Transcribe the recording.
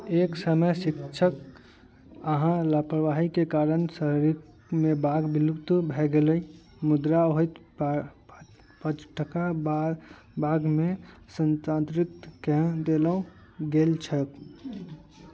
एक समय शिक्षक अहाँ लापरवाहीके कारण सरितमे बाघ विलुप्त भए गेलै मुद्रा होएत पर पच टका बाघमे स्थान्तरित कए देलहुँ गेल छैक